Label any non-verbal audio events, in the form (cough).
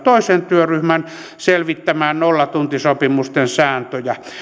(unintelligible) toisen työryhmän selvittämään nollatuntisopimusten sääntöjä